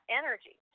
energy